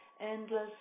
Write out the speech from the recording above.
endless